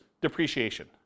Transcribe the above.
depreciation